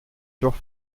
durch